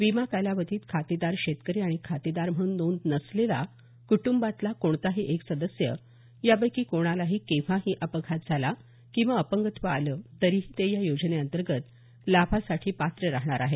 विमा कालावधीत खातेदार शेतकरी आणि खातेदार म्हणून नोंद नसलेला कुटुंबातला कोणताही एक सदस्य यापैकी कोणालाही केव्हाही अपघात झाला किंवा अपंगत्व आले तरीही ते या योजनेंतर्गत लाभासाठी पात्र राहणार आहेत